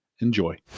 Enjoy